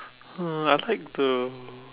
uh I like the